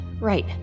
Right